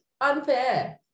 unfair